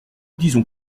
disons